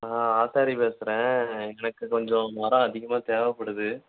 ஆ ஆசாரி பேசுகிறேன் எங்களுக்கு கொஞ்சம் மரம் அதிகமாக தேவைப்படுது